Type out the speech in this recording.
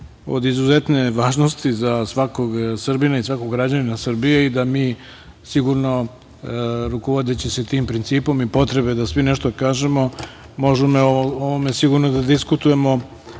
od izuzetne važnosti za svakog Srbina i svakog građanina Srbije i da mi sigurno rukovodeći se tim principom i potrebe da svi nešto kažemo, možemo o ovome sigurno da diskutujemo